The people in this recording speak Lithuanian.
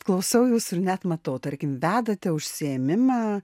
klausau jūsų ir net matau tarkim vedate užsiėmimą